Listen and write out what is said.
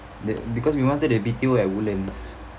the because we wanted a B_T_O at woodlands